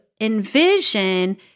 envision